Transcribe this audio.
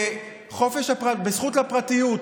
בזכות לפרטיות,